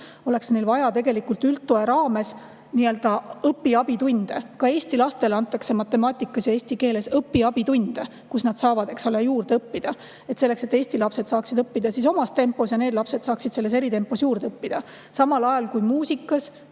oleks neil vaja üldtoe raames nii-öelda õpiabitunde. Ka eesti lastele antakse matemaatikas ja eesti keeles õpiabitunde, kus nad saavad juurde õppida. Eesti lapsed saaksid õppida siis omas tempos ja need lapsed saaksid eritempos juurde õppida. Samal ajal kui muusikas,